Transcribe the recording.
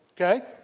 okay